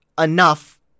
enough